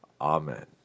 Amen